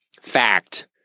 fact